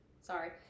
Sorry